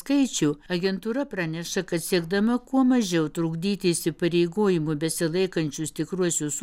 skaičių agentūra praneša kad siekdama kuo mažiau trukdyti įsipareigojimų besilaikančius tikruosius